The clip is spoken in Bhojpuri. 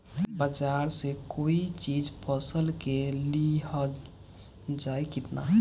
बाजार से कोई चीज फसल के लिहल जाई किना?